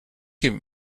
him